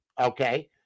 Okay